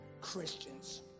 Christians